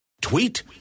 Tweet